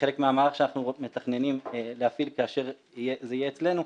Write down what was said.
כחלק מהמהלך שאנחנו מתכננים להפעיל כאשר זה יהיה אצלנו,